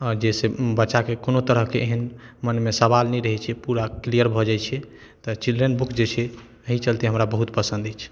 आओर जैसे बच्चाके कओनो तरहके एहन मनमे सवाल नहि रहैत छै पूरा क्लीयर भऽ जाइत छै तऽ चिल्ड्रन बुक जे छै एहि चलते हमरा बहुत पसन्द अछि